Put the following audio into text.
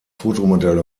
fotomodell